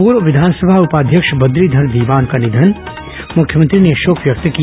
पूर्व विधानसभा उपाध्यक्ष बद्रीघर दीवान का निधन मुख्यमंत्री ने शोक व्यक्त किया